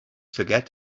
forget